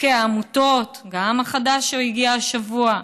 חוקי העמותות, גם החדש שהגיע השבוע,